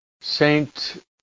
Saint